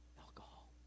alcohol